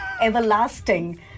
everlasting